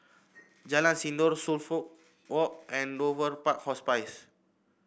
Jalan Sindor Suffolk Walk and Dover Park Hospice